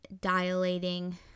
dilating